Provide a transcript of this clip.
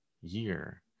year